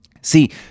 See